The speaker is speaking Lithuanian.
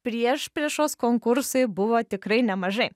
priešpriešos konkursui buvo tikrai nemažai